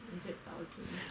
hundred thousands